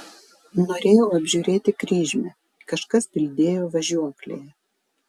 norėjau apžiūrėti kryžmę kažkas bildėjo važiuoklėje